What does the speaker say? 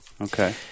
Okay